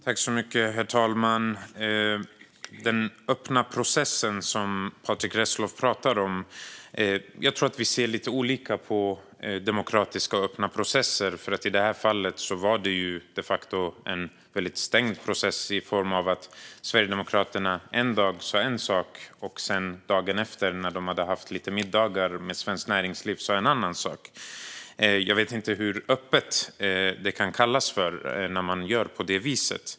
Herr talman! Patrick Reslow pratar om en öppen process. Jag tror att vi ser lite olika på demokratiska och öppna processer, för i det här fallet var det de facto en väldigt stängd process där Sverigedemokraterna ena dagen sa en sak och dagen efter, när de hade haft lite middagar med Svenskt Näringsliv, sa en annan sak. Jag vet inte hur öppet det kan kallas när man gör på det viset.